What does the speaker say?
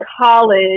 college